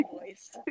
voice